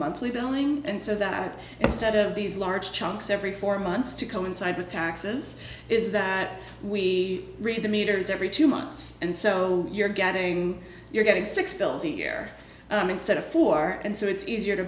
monthly billing and so that instead of these large chunks every four months to coincide with taxes is that we really the meters every two months and so you're getting you're getting six bills you care instead of four and so it's easier to